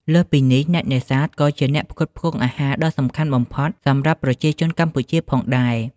លើសពីនេះ អ្នកនេសាទក៏ជាអ្នកផ្គត់ផ្គង់អាហារដ៏សំខាន់បំផុតសម្រាប់ប្រជាជនកម្ពុជាផងដែរ។